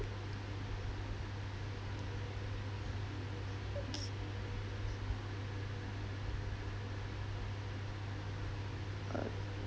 okay uh